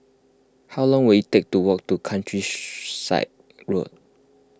how long will it take to walk to Country side Road